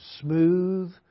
smooth